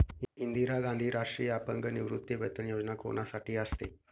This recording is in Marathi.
इंदिरा गांधी राष्ट्रीय अपंग निवृत्तीवेतन योजना कोणासाठी असते?